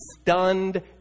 stunned